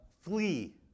Flee